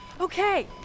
Okay